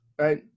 right